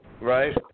right